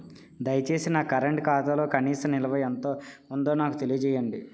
దయచేసి నా కరెంట్ ఖాతాలో కనీస నిల్వ ఎంత ఉందో నాకు తెలియజేయండి